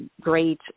great